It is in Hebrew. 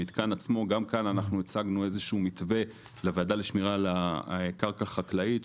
כאן אנחנו הצגנו איזה שהוא מתווה לוועדה לשמירה על הקרקע החקלאית,